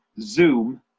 Zoom